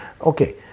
Okay